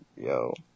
Yo